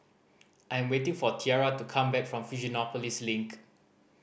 I am waiting for Tiara to come back from Fusionopolis Link